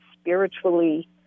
spiritually